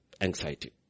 anxiety